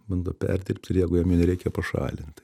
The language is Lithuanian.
bando perdirbt ir jeigu jam jų nereikia pašalint